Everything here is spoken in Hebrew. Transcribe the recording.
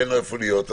ואין לו איפה להיות,